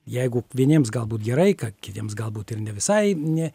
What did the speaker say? jeigu vieniems galbūt gerai ka kitiems galbūt ir ne visai ne